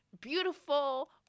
beautiful